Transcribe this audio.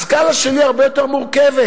הסקאלה שלי הרבה יותר מורכבת.